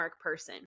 person